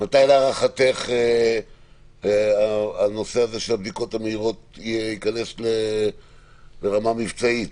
מתי להערכתך הנושא של הבדיקות המהירות ייכנס לרמה מבצעית,